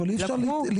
אבל אי אפשר להסתכל,